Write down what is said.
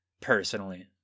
personally